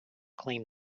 claim